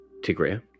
Tigria